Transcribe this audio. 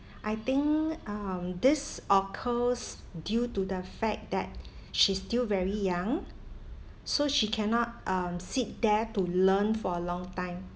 I think um this occurs due to the fact that she's still very young so she cannot um sit there to learn for a long time